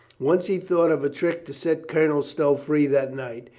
once he thought of a trick to set colonel stow free that night.